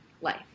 life